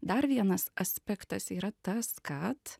dar vienas aspektas yra tas kad